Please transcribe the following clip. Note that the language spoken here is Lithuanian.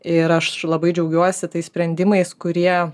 ir aš labai džiaugiuosi tais sprendimais kurie